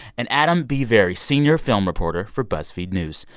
and adam b. vary, senior film reporter for buzzfeed news.